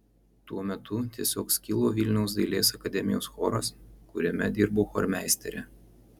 tuo metu tiesiog skilo vilniaus dailės akademijos choras kuriame dirbau chormeistere